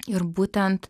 ir būtent